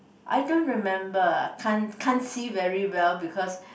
I don't remember can't can't see very well because